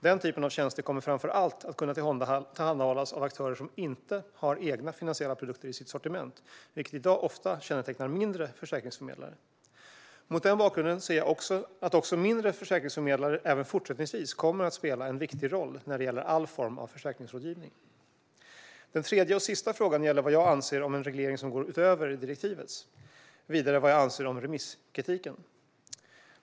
Den typen av tjänster kommer framför allt att kunna tillhandahållas av aktörer som inte har egna finansiella produkter i sitt sortiment, vilket i dag ofta kännetecknar mindre försäkringsförmedlare. Mot den bakgrunden ser jag att också mindre försäkringsförmedlare även fortsättningsvis kommer att spela en viktig roll när det gäller all form av försäkringsrådgivning. Den tredje och sista frågan gäller vad jag anser om en reglering som går utöver direktivets och vidare vad jag anser om remisskritiken.